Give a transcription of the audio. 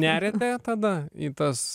neriate tada į tas